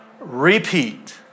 repeat